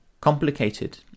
complicated